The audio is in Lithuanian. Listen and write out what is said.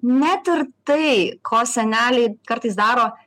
net ir tai ko seneliai kartais daro